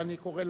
ואני קורא,